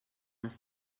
els